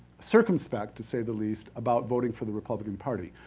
circumspect, to say the least, about voting for the republican party.